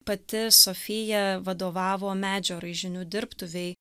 pati sofija vadovavo medžio raižinių dirbtuvei